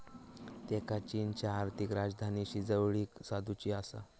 त्येंका चीनच्या आर्थिक राजधानीशी जवळीक साधुची आसा